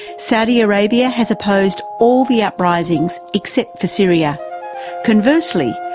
saudi arabia has opposed all the uprisings except for syria conversely,